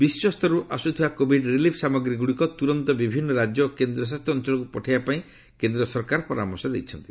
ବିଶ୍ୱସ୍ତରର୍ ଆସ୍ରଥିବା Covid relief ସାମଗ୍ରୀଗୁଡ଼ିକ ତ୍ରରନ୍ତ ବିଭିନ୍ନ ରାଜ୍ୟ ଓ କେନ୍ଦ୍ରଶାସିତ ଅଞ୍ଚଳକ୍ ପଠାଇବା ପାଇଁ କେନ୍ଦ୍ର ସରକାର ପରାମର୍ଶ ଦେଇଛନ୍ତି